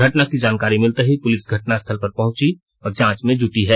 घटना की जानकारी मिलते ही पुलिस घटनास्थल पर पहुंची और जांच में जुटी है